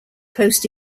post